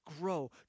grow